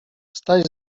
staś